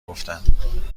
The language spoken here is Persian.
گفتم